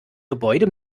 gebäude